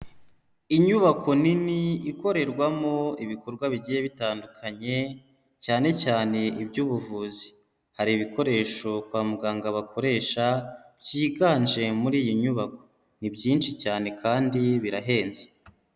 Inyubako nini ikorerwamo ibikorwa bigiye bitandukanye cyane cyane iby'ubuvuzi, hari ibikoresho kwa muganga bakoresha, byiganje muri iyi nyubako, ni byinshi cyane kandi birahenze.